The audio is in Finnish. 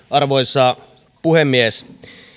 arvoisa puhemies